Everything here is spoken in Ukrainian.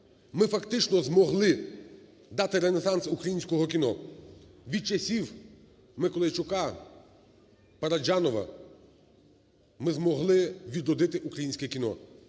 Ми фактично змогли дати ренесанс українського кіно від часів Миколайчука, Параджанова ми змогли відродити українське кіно.